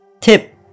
Tip